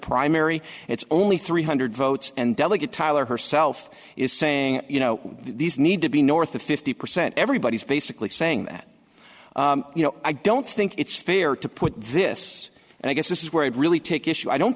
primary it's only three hundred votes and delegate tyler herself is saying you know these need to be north of fifty percent everybody's basically saying that you know i don't think it's fair to put this and i guess this is where i really take issue i don't